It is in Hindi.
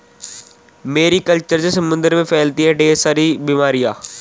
मैरी कल्चर से समुद्र में फैलती है ढेर सारी बीमारियां